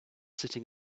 sitting